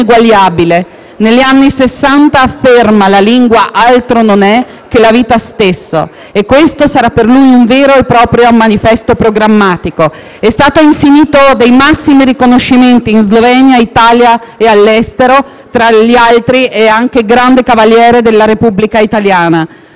ineguagliabile. Negli anni Sessanta afferma che la lingua altro non è che la vita stessa e questo sarà per lui un vero e proprio manifesto programmatico. È stato insignito dei massimi riconoscimenti in Slovenia, in Italia e all'estero: tra gli altri è anche grande ufficiale della Repubblica italiana.